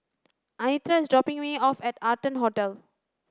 Anitra is dropping me off at Arton Hotel